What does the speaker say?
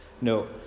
No